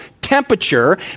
temperature